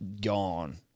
gone